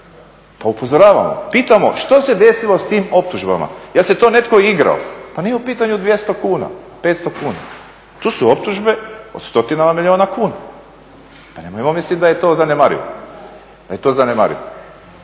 Pa upozoravamo. Pitamo što se desilo s tim optužbama, jel se to netko igrao? Pa nije u pitanju 200 kuna, 500 kuna, to su optužbe o stotinama milijuna kuna. Pa nemojmo mislit da je to zanemarivo, a plod su nekakvih